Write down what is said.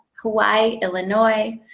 hawaii, illinois,